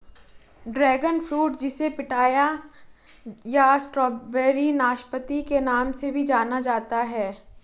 dragon fruit जिसे pitaya या strawberry नाशपाती के नाम से भी जाना जाता है